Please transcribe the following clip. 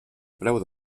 preu